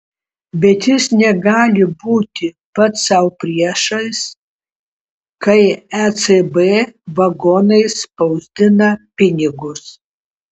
bet jis negali būti pats sau priešas kai ecb vagonais spausdina pinigus